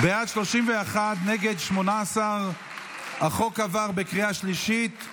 בעד, 31, נגד, 18. החוק עבר בקריאה שלישית.